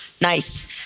Nice